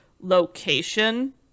location